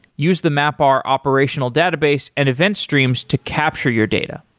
use the mapr operational database and event streams to capture your data.